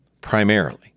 primarily